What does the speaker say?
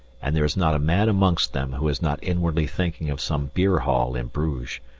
and there is not a man amongst them who is not inwardly thinking of some beer-hall in bruges,